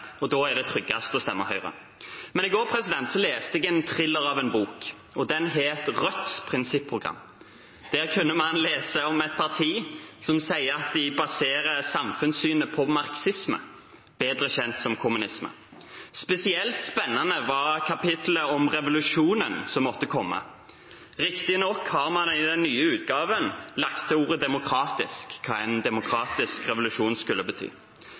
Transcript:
og da er det tryggest å stemme Høyre. Men i går leste jeg en thriller av en bok, og den het Rødts prinsipprogram. Der kunne man lese om et parti som sier at de baserer samfunnssynet på marxisme, bedre kjent som kommunisme. Spesielt spennende var kapittelet om revolusjonen som måtte komme. Riktignok har man i den nye utgaven lagt til ordet demokratisk, hva enn demokratisk revolusjon skulle bety.